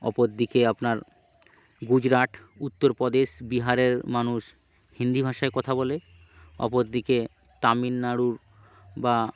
অপর দিকে আপনার গুজরাট উত্তরপ্রদেশ বিহারের মানুষ হিন্দি ভাষায় কথা বলে অপর দিকে তামিলনাড়ুর বা